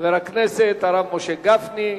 חבר הכנסת הרב משה גפני.